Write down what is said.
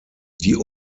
die